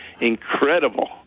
incredible